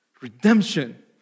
redemption